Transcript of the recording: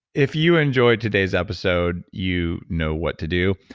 if you enjoyed today's episode, you know what to do.